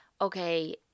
okay